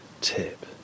tip